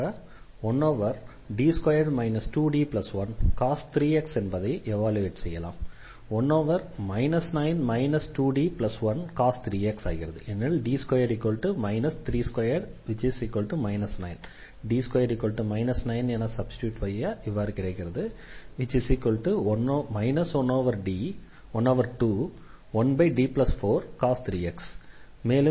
1D2 2D1cos 3x என்பதை evaluate செய்யலாம்